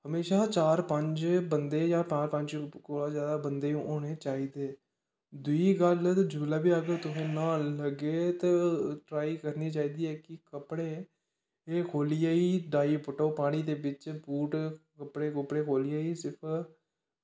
हमेशा चार पंज बंदे जां चार पंज बंदे कोला दा जंदा बंदे होनें चाही दे दूई गल्ल जिसलै बी तुस न्हान लगगे ते ट्राई करनीं चाही दी ऐ कि कपड़े खोह्लियै गै डाईव पुट्टो पानीं दे बिच्च बूट कपड़े कुपड़े खोह्लियै गै सिर्फ